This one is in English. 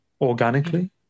organically